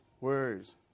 words